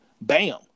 bam